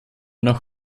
noch